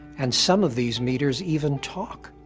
and some of these meters even talk.